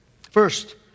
First